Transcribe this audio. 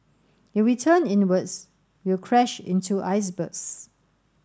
if we turn inwards we'll crash into icebergs